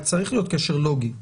קשר לוגי.